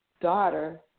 daughter